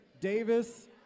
Davis